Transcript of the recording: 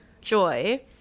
Joy